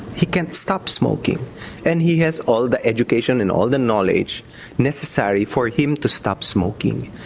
he can't stop smoking and he has all the education and all the knowledge necessary for him to stop smoking.